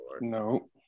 No